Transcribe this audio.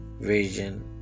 vision